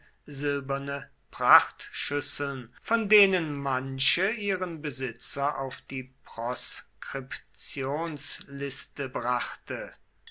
silberne prachtschüsseln von denen manche ihren besitzer auf die proskriptionsliste brachte